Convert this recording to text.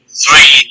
three